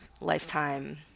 lifetime